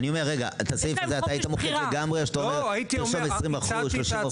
את הסעיף הזה היית מוחק לגמרי או שאתה אומר תרשום 20% או 30%. לא,